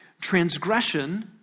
Transgression